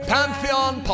Pantheon